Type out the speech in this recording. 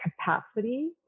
capacity